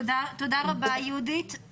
תודה רבה, יהודית.